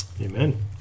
Amen